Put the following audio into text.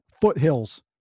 Foothills